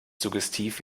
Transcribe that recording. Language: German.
suggestiv